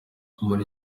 muri